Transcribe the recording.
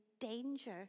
danger